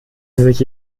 sich